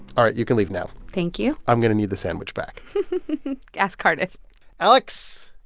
all right, you can leave now thank you i'm going to need the sandwich back ask cardiff alex,